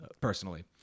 personally